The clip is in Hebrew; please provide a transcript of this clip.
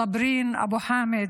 סברין אבו חאמד,